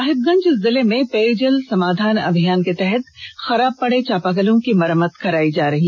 साहिबगंज जिले में पेयजल समाधान अभियान के तहत खराब पड़े चापाकल की मरम्मत कराई जाएगी